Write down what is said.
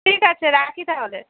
ঠিক আছে রাখি তাহলে